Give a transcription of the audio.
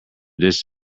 dish